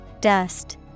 Dust